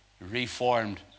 reformed